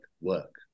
work